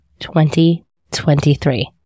2023